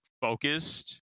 focused